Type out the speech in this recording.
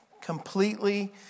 completely